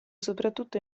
soprattutto